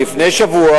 לפני שבוע: